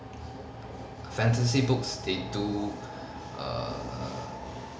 fantasy books they do err